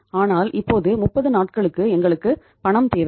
ஆனால் இப்போது 30 நாட்களுக்கு எங்களுக்கு பணம் தேவை